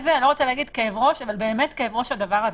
אני לא רוצה להגיד כאב ראש, אבל כאב ראש הדבר הזה.